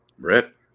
Rip